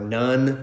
none